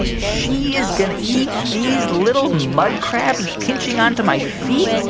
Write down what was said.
she is going to eat these little mud crabs pinching onto my feet.